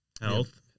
Health